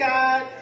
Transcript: God